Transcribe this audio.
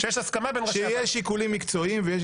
שיש הסכמה בין ראשי הוועדות.